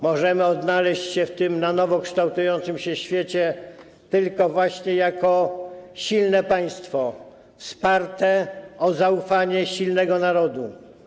Możemy odnaleźć się w tym na nowo kształtującym się świecie tylko właśnie jako silne państwo, wsparte na zaufaniu silnego narodu.